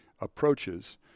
approaches